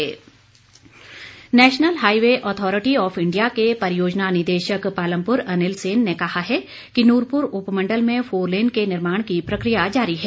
national highway national highway authority of India के परियोजना निदेशक पालमपुर अनिल सेन ने कहा है कि नूरपुर उपमंडल में फोरलेन के निर्माण की प्रकिया जारी है